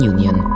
Union